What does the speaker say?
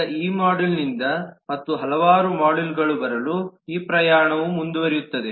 ಈಗ ಈ ಮಾಡ್ಯೂಲ್ನಿಂದ ಮತ್ತು ಹಲವಾರು ಮಾಡ್ಯೂಲ್ಗಳು ಬರಲು ಈ ಪ್ರಯಾಣವು ಮುಂದುವರಿಯುತ್ತದೆ